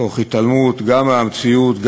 תוך התעלמות גם מהמציאות,